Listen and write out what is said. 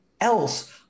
else